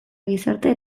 gizartea